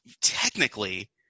technically